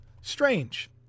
Strange